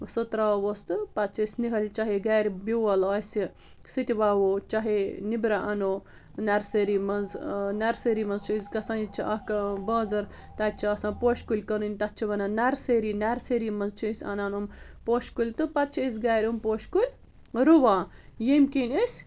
سُہ ترٛاووس تہٕ پتہٕ چھِ أسۍ نِۂلۍ چاہے گَرِ بیول آسہِ سُہ تہِ وَوو چاہے نٮ۪برٕ اَنو نرسٔری منٛز نرسٔری منٛز چھِ أسۍ گَژھان ییٚتہِ چھِ اَکھ بازر تَتہِ چھِ آسان پوشہِ کُلۍ کٕنٕنۍ تَتھ چھِ وَنان نرسٔری نرسٔری منٛز چھِ أسۍ اَنان یَم پوشہِ کُلۍ تہٕ پتہٕ چھِ أسۍ گَرِ یِم پوشہِ کُلۍ رُوان ییٚمہِ کِنۍ أسۍ